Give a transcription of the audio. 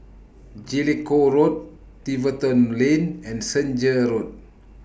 Jellicoe Road Tiverton Lane and Senja Road